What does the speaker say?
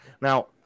Now